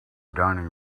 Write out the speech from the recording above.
dining